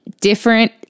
different